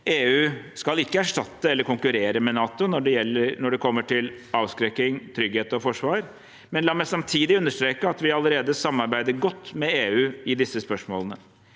EU skal ikke erstatte eller konkurrere med NATO når det gjelder avskrekking, trygghet og forsvar, men la meg samtidig understreke at vi allerede samarbeider godt med EU i disse spørsmålene.